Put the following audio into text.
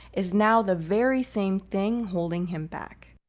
is now the very same thing holding him back.